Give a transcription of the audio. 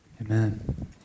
Amen